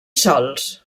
sols